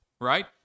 right